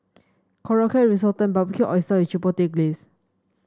Korokke Risotto and Barbecued Oyster with Chipotle Glaze